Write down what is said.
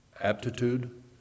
aptitude